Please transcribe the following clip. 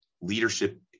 leadership